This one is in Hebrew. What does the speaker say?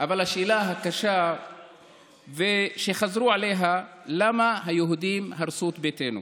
אבל השאלה הקשה שהם חזרו עליה: למה היהודים הרסו את ביתנו